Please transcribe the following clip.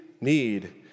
need